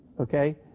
okay